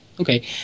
Okay